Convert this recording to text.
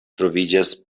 troviĝas